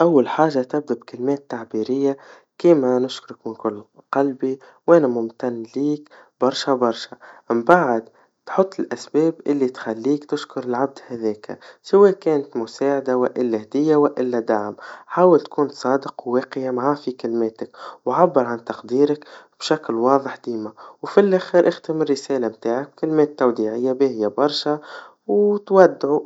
أول حاجا تزرب كلمات تعبيريا كيما نشكرك من قلبي, وانا ممتن ليك برشا برشا, بعد تحط الأسباب اللي تخليك تشكر العبد هذاكا, سوا كانت مساعدا وإلا هديا وإلا دعم, حاول تكون صادق وواقعي معاه في كلماتك, وعبر عن تقديرك, بشكل واضح ديما, وفالآخر اختم الرسالا متاعك بكلمات توديعيا باهيا برشا وتودعوا.